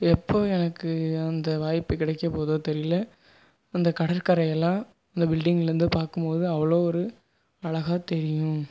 எப்போ எனக்கு அந்த வாய்ப்பு கிடைக்க போகுதோ தெரியல அந்த கடற்கரை எல்லாம் அந்த பில்டிங்லருந்து பாக்கும்போது அவ்வளோ ஒரு அழகாக தெரியும்